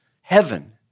heaven